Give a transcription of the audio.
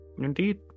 indeed